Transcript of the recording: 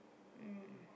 um